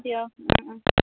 দিয়ক ও ওম